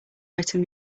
item